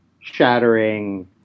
shattering